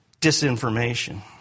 disinformation